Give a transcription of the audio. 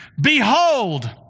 Behold